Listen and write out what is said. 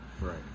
Right